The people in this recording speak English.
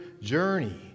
journey